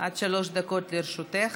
עד שלוש דקות לרשותך.